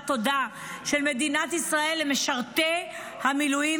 תודה של מדינת ישראל למשרתי המילואים